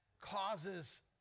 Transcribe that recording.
causes